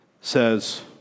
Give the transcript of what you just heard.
says